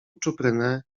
czuprynę